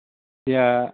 এয়া